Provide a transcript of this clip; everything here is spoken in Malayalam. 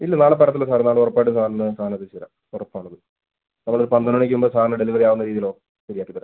ഇല്ല നാളെ തരത്തില്ല സാറേ നാളെ ഉറപ്പായിട്ടും സാറിന് സാധനം എത്തിച്ചേരാം ഉറപ്പാണ് അത് നമ്മൾ പന്ത്രണ്ട് മണിക്ക് മുമ്പ് സാറിന് ഡെലിവറി ആവുന്ന രീതിയിൽ ശരിയാക്കി തരാം